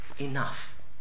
enough